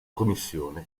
commissione